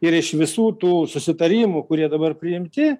ir iš visų tų susitarimų kurie dabar priimti